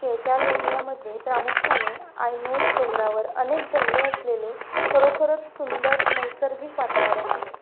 केफॅलोनियामध्ये प्रामुख्याने आयनोस डोंगरावर अनेक जंगले असलेले खरोखरच सुंदर नैसर्गिक वातावरण आहे